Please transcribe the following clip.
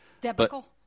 Debacle